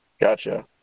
Gotcha